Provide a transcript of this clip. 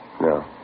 No